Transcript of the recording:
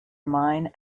mine